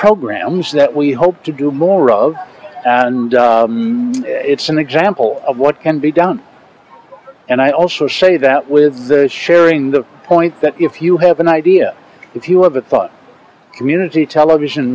programs that we hope to do more of and it's an example of what can be done and i also say that with sharing the point that if you have an idea if you have a thought community television